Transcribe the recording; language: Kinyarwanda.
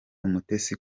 umutesi